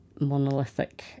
monolithic